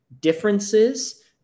differences